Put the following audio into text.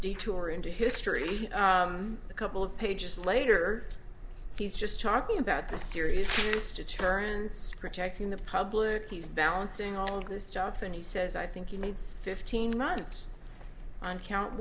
detour into history a couple of pages later he's just talking about the series deterrence protecting the public he's balancing all of this stuff and he says i think he needs fifteen months on count